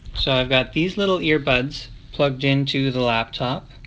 so i've got these little earbuds plugged into the laptop,